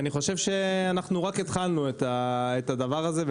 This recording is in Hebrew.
רק התחלנו את הדבר הזה,